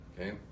okay